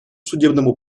судебному